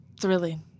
Thrilling